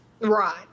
Right